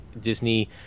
Disney